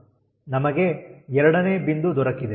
ನಮಗೆ 2ನೇ ಬಿಂದು ದೊರಕಿದೆ